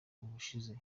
ubushize